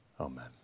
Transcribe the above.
amen